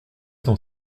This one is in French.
dans